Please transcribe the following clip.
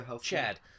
Chad